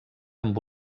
amb